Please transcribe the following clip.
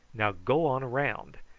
now go on round,